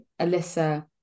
Alyssa